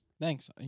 Thanks